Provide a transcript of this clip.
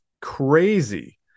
crazy